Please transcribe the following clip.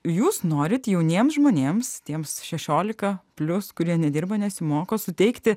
jūs norit jauniems žmonėms tiems šešiolika plius kurie nedirba nesimoko suteikti